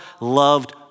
loved